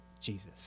Jesus